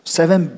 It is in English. Seven